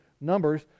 Numbers